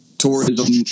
Tourism